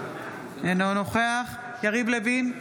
אינו נוכח יריב לוין,